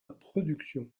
production